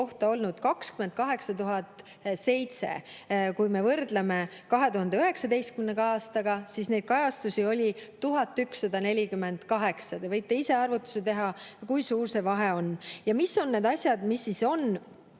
olnud 28 007. Kui me võrdleme 2019. aastaga, siis neid kajastusi oli 1148. Te võite ise arvutuse teha, kui suur see vahe on. Mis on need asjad, mis on